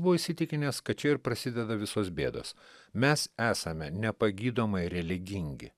buvo įsitikinęs kad čia ir prasideda visos bėdos mes esame nepagydomai religingi